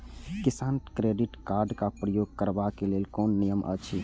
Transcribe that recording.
किसान credit card क प्रयोग करबाक लेल कोन नियम अछि?